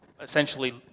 essentially